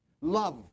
love